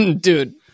dude